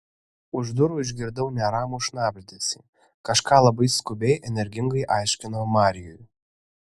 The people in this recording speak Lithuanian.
už durų išgirdau neramų šnabždesį kažką labai skubiai energingai aiškino marijui